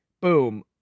boom